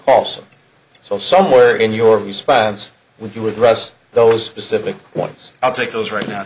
false so somewhere in your response with you with russ those specific ones i'll take those right now